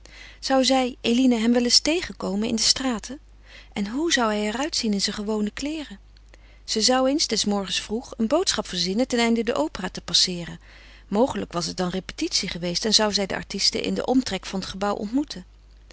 zou zij eline hem wel eens tegenkomen in de straten en hoe zou hij er uitzien in zijn gewone kleeren ze zou eens des morgens vroeg een boodschap verzinnen ten einde de opera te passeeren mogelijk was het dan repetitie geweest en zou zij de artisten in den omtrek van het gebouw ontmoeten